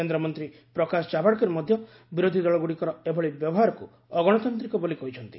କେନ୍ଦ୍ରମନ୍ତ୍ରୀ ପ୍ରକାଶ ଜାଭଡେକର୍ ମଧ୍ୟ ବିରୋଧୀ ଦଳଗୁଡିକର ଏଭଳି ବ୍ୟବହାରକୁ ଅଗଣତାନ୍ତ୍ରିକ ବୋଲି କହିଛନ୍ତି